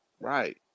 right